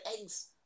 eggs